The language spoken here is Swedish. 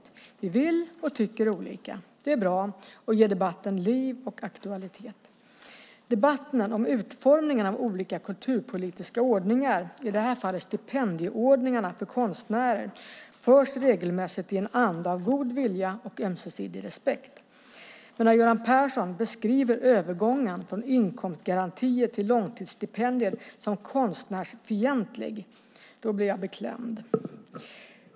Vi vill och tycker olika. Det är bra och ger debatten liv och aktualitet. Debatten om utformningen av olika kulturpolitiska ordningar, i det här fallet stipendieordningarna för konstnärer, förs regelmässigt i en anda av god vilja och ömsesidig respekt. Men när Göran Persson beskriver övergången från inkomstgarantier till långtidsstipendier som "konstnärsfientlig" blir jag beklämd.